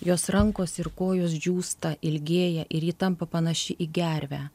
jos rankos ir kojos džiūsta ilgėja ir ji tampa panaši į gervę